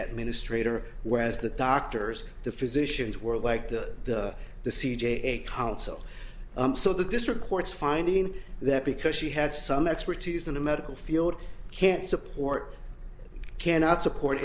had ministre her whereas the doctors the physicians were like that the c j a council so the district courts finding that because she had some expertise in the medical field can't support cannot support